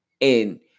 And-